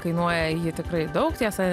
kainuoja ji tikrai daug tiesa